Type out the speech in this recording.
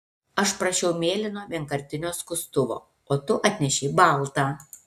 aš prašiau mėlyno vienkartinio skustuvo o tu atnešei baltą